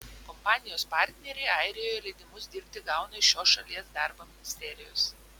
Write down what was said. kompanijos partneriai airijoje leidimus dirbti gauna iš šios šalies darbo ministerijos